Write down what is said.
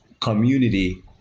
community